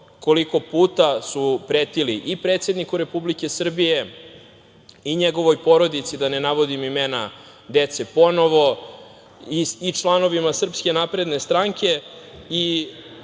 koliko puta su pretili i predsedniku Republike Srbije i njegovoj porodici, da ne navodim imena dece ponovo, i članovima SNS.Ono što je